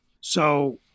So-